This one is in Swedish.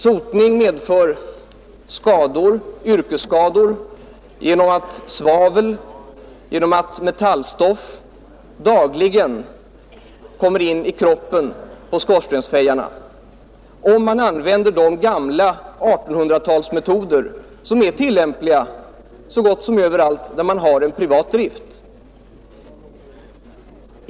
Sotning medför yrkesskador genom att svavel och metallstoff dagligen kommer in i kroppen på skorstensfejarna, om man använder de 1800-talsmetoder som tillämpas så gott som överallt där man har privat drift.